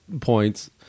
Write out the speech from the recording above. points